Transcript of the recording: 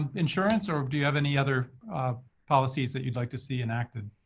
insurance? or do you have any other policies that you'd like to see enacted?